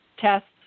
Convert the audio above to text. tests